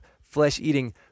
flesh-eating